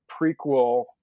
prequel